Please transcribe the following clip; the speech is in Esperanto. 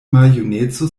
maljuneco